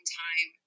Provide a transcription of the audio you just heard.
time